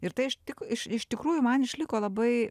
ir tai iš tik iš tikrųjų man išliko labai